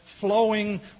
flowing